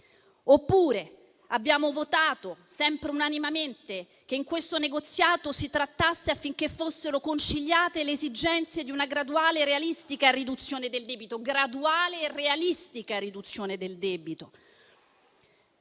Abbiamo votato, sempre unanimemente, che in questo negoziato si trattasse affinché fossero conciliate le esigenze di una graduale e realistica riduzione del debito.